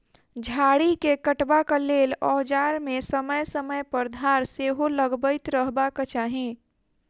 झाड़ी के काटबाक लेल औजार मे समय समय पर धार सेहो लगबैत रहबाक चाही